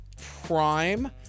Prime